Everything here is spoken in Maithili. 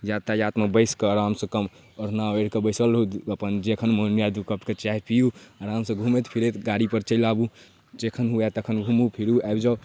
यातायातमे बसि कऽ आरामसँ कम ओढ़ना ओढ़ि कऽ बैसल रहू अपन जखन मनमे आयत उठि कऽ चाय पीयु आराम से घुमैत फिरैत गाड़ी पर चलि आबू जखन होय तखन घुमू फिरु आबि जाउ